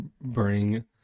bring